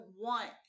want